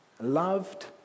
Loved